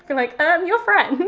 like i'm your friend.